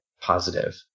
positive